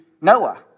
Noah